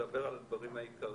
אני מדבר על הדברים עיקריים,